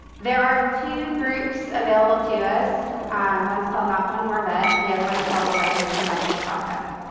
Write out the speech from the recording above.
there are two groups available to us one's called not one more vet, the other one's called the veterinary confessionals project